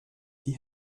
die